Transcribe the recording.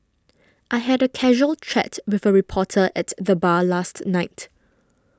I had a casual chat with a reporter at the bar last night